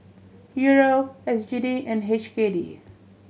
Euro S G D and H K D